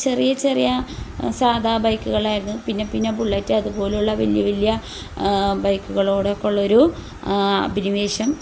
ചെറിയ ചെറിയ സാധാ ബൈക്കുകളായിരുന്നു പിന്നെ പിന്നെ ബുള്ളറ്റ് അതുപോലുള്ള വല്യ വല്യ ബൈക്കുകളോടൊക്കെയുള്ളൊരു അഭിനിവേശം